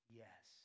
yes